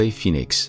Phoenix